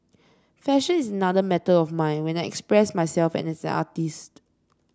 fashion is another method of mine when I express myself as an artist